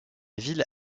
ville